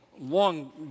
Long